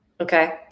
Okay